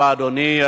תודה רבה, אדוני.